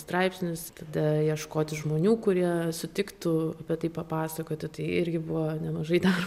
straipsnius tada ieškoti žmonių kurie sutiktų apie tai papasakoti tai irgi buvo nemažai dar